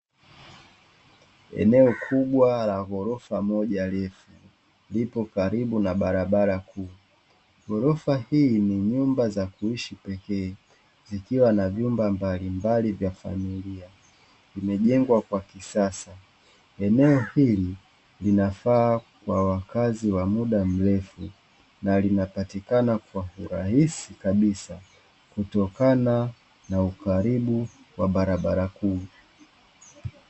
Eneo kubwa la ghorofa moja refu lipo karibu na barabara kuu. Ghorofa hii ni nyumba za kuishi pekee zikiwa na vyumba mbalimbali vya familia, vimejengwa kwa kisasa. Eneo hili linafaa kwa wakazi wa muda mrefu na linapatikana kwa urahisi kabisa kutokana na ukaribu wa barabara kuu.